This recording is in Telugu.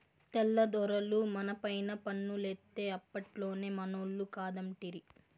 తెల్ల దొరలు మనపైన పన్నులేత్తే అప్పట్లోనే మనోళ్లు కాదంటిరి